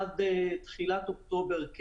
עד תחילת אוקטובר,